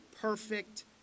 perfect